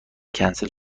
کنسل